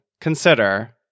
consider